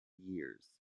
years